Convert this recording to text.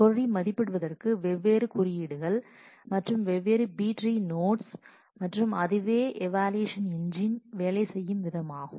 query மதிப்பிடுவதற்கு வெவ்வேறு குறியீடுகள் மற்றும் வெவ்வேறு B ட்ரீ நோட்ஸ் மற்றும் அதுவே ஈவாலுவேஷன் இன்ஜின் வேலை செய்யும் விதம் ஆகும்